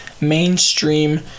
mainstream